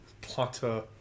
Plata